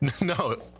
No